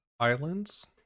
Islands